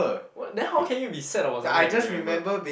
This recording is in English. what then how can you be sad about something if you don't remember